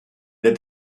der